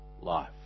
life